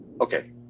Okay